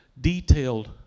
detailed